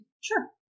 Sure